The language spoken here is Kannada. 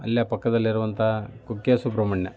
ಅಲ್ಲೇ ಪಕ್ಕದಲ್ಲಿರುವಂಥ ಕುಕ್ಕೆ ಸುಬ್ರಹ್ಮಣ್ಯ